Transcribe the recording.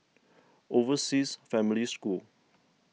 Overseas Family School